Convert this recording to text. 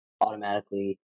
automatically